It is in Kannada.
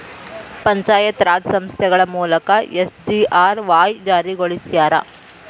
ಪಂಚಾಯತ್ ರಾಜ್ ಸಂಸ್ಥೆಗಳ ಮೂಲಕ ಎಸ್.ಜಿ.ಆರ್.ವಾಯ್ ಜಾರಿಗೊಳಸ್ಯಾರ